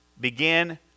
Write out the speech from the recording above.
Begin